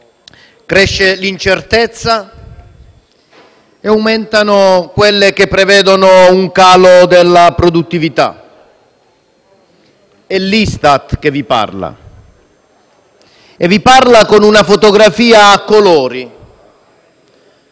cresce l'incertezza e aumentano quelle che prevedono un calo della produttività: è l'Istat che vi parla, dopo aver fotografato a colori